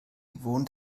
wohnt